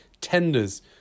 tenders